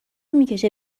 میکشه